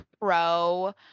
pro